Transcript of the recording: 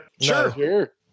Sure